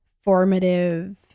formative